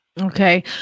Okay